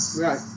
Right